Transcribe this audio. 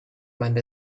meinen